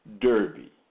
Derby